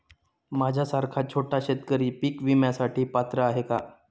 माझ्यासारखा छोटा शेतकरी पीक विम्यासाठी पात्र आहे का?